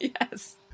yes